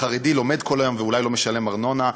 החרדי לומד כל היום ואולי לא משלם ארנונה,